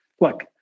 look